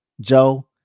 Joe